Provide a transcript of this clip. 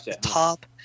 top